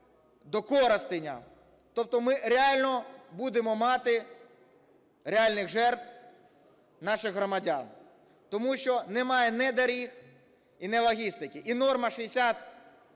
до Коростеня. Тобто ми реально будемо мати реальних жертв наших громадян, тому що немає ні доріг і ні логістики, і норма 60